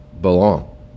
belong